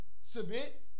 Submit